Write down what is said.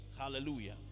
Hallelujah